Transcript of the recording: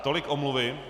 Tolik omluvy.